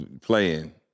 Playing